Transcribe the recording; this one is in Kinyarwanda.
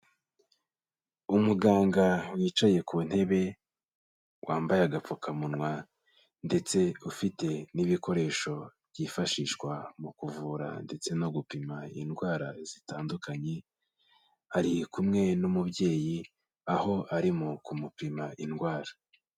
Umuganga wicaye ku ntebe, wambaye agapfukamunwa ndetse ufite n'ibikoresho byifashishwa mu kuvura ndetse no gupima indwara zitandukanye, ari kumwe n'umubyeyi aho arimo kumupima indwara.